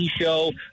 show